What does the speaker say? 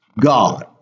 God